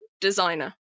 designer